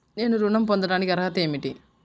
నేను ఋణం పొందటానికి అర్హత ఏమిటి?